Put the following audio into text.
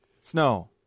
Snow